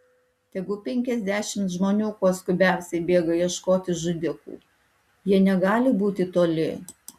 tegu penkiasdešimt žmonių kuo skubiausiai bėga ieškoti žudikų jie negali būti toli